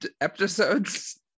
episodes